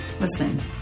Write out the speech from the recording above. listen